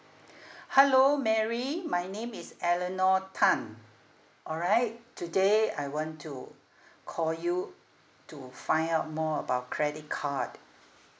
hello mary my name is eleanor tan alright today I want to call you to find out more about credit card